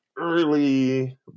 early